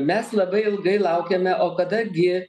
mes labai ilgai laukiame o kada gi